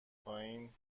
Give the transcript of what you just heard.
پایین